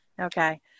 Okay